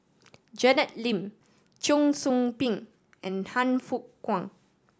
Janet Lim Cheong Soo Pieng and Han Fook Kwang